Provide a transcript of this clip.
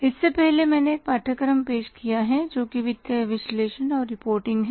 इससे पहले मैंने एक पाठ्यक्रम पेश किया है जो वित्तीय विश्लेषण और रिपोर्टिंग है